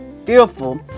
fearful